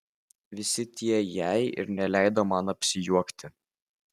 visi tie jei ir neleido man apsijuokti